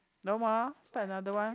no more start another one